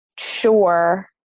sure